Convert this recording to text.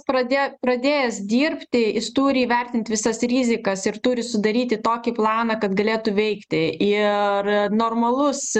pradėjo pradėjęs dirbti jis turi įvertinti visas rizikas ir turi sudaryti tokį planą kad galėtų veikti ir normalus